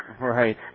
Right